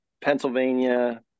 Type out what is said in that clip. Pennsylvania